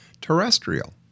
terrestrial